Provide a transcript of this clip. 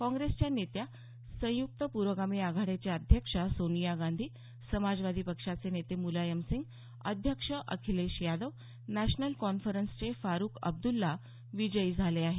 काँग्रेसच्या नेत्या संयुक्त पुरोगामी आघाडीच्या अध्यक्षा सोनिया गांधी समाजवादी पक्षाचे नेते मुलायमसिंग अध्यक्ष अखिलेश यादव नॅशनल कॉन्फरन्सचे फारूख अब्दुल्ला विजयी झाले आहेत